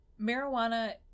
Marijuana